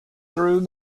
through